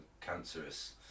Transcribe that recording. cancerous